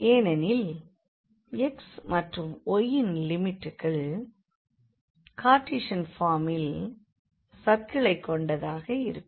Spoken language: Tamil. ஏனெனில் x மற்றும் y இன் லிமிட்கள் கர்டீசன் ஃபார்மில் சர்கிளைக் கொண்டதாக இருக்கும்